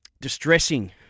distressing